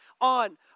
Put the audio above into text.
on